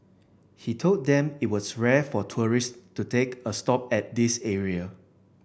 he told them it was rare for tourists to take a stop at this area